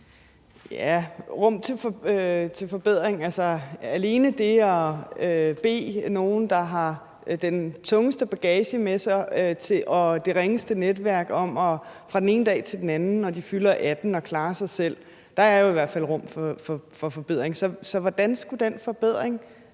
jo, men altså, alene det at bede nogle, der har den tungeste bagage med sig og det ringeste netværk, om fra den ene dag til den anden, når de fylder 18, at klare sig selv, giver jo i hvert fald et rum for forbedring. Så hvordan skulle den forbedring